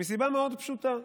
מסיבה מאוד פשוטה: